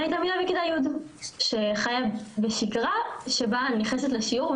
ואני גם תלמידה בכיתה י' שחיה בשגרה שבה אני נכנסת לשיעור,